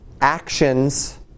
actions